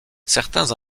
certains